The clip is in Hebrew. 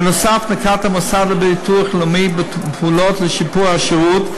בנוסף נקט המוסד לביטוח לאומי פעולות לשיפור השירות,